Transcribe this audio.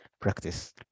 practice